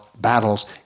battles